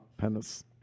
penis